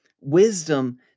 wisdom